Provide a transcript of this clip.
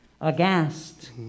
aghast